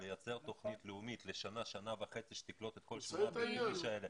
ולייצר תוכנית לאומית לשנה-שנה וחצי לפיה קולטים את כל ה-8,000 האיש האלה.